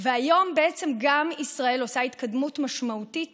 והיום בעצם גם ישראל עושה התקדמות משמעותית